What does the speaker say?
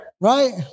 Right